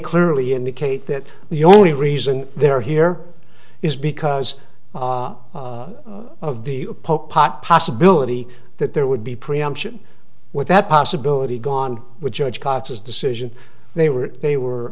clearly indicate that the only reason they're here is because of the polk pot possibility that there would be preemption with that possibility gone with judge conscious decision they were they were